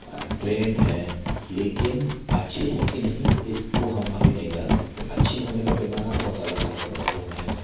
trend है लेकिन अच्छे है कि नहीं इसको हम अभी नहीं जा सकते अच्छे होने का पैमाना बहुत अलग अलग सद्भाव में है